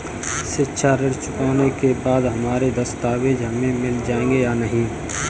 शिक्षा ऋण चुकाने के बाद हमारे दस्तावेज हमें मिल जाएंगे या नहीं?